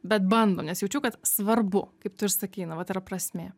bet bandom nes jaučiau kad svarbu kaip tu ir sakei na vat yra prasmė